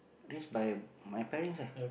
raise by my parents ah